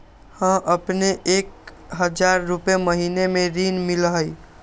हां अपने के एक हजार रु महीने में ऋण मिलहई?